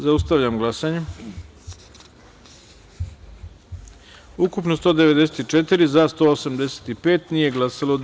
Zaustavljam glasanje: ukupno - 194, za – 185, nije glasalo – devet.